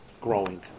growing